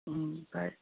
ꯎꯝ ꯐꯔꯦ